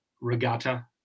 regatta